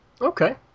Okay